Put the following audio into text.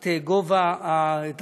את שיעור המענק